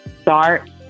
start